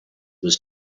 was